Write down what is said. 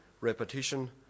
repetition